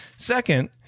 second